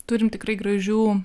turim tikrai gražių